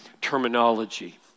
terminology